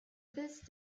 this